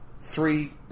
Three